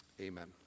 Amen